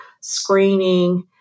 screening